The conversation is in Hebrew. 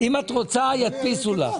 אם את רוצה, ידפיסו לך.